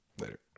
Later